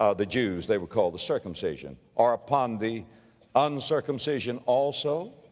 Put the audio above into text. ah the jews, they were called the circumcision, or upon the uncircumcision also?